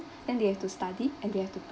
then they have to study and they have to